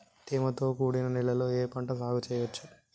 తేమతో కూడిన నేలలో ఏ పంట సాగు చేయచ్చు?